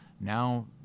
now